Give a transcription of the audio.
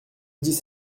dix